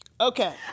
Okay